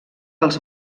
els